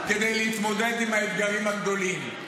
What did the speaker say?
-- כדי להתמודד עם האתגרים הגדולים.